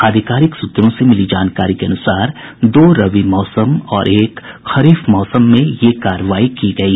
आधिकारिक सूत्रों से मिली जानकारी के अनुसार दो रबी मौसम और एक खरीफ मौसम में यह कार्रवाई की गयी